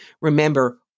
Remember